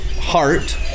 heart